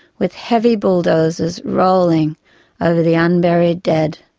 with heavy bulldozers rolling over the unburied dead,